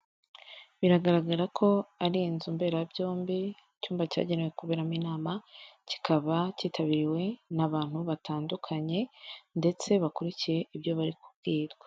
Biragaragara ko ari inzu mbera byombi icyumba cyagenewe ku kuberamo inama, kikaba cyitabiriwe n'abantu batandukanye ndetse bakurikiye ibyo bari kubwirwa.